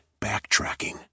backtracking